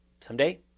someday